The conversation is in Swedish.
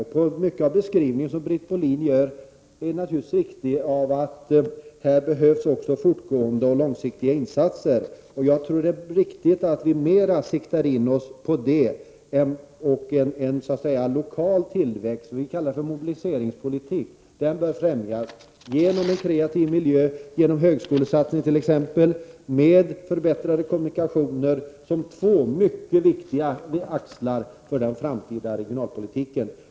Mycket i Britt Bohlins beskrivning är naturligtvis riktigt, t.ex. att det här behövs fortgående och långsiktiga insatser. Det är riktigt att vi mera siktar in oss på det och på en lokal tillväxt, som vi kallar mobiliseringspolitik. Den bör främjas genom en kreativ miljö, genom en högskolesatsning, med förbättrade kommunikationer, som två mycket viktiga axlar i den framtida regionalpolitiken.